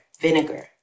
vinegar